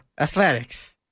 Athletics